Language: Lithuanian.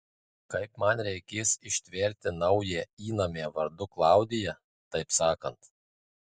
kaip man reikės ištverti naują įnamę vardu klaudija taip sakant